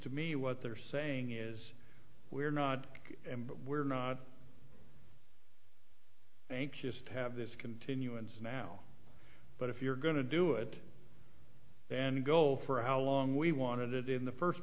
to me what they're saying is we're not we're not anxious to have this continuance now but if you're going to do it then go for how long we wanted it in the first